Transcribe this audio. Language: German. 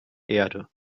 erde